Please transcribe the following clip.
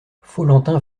follentin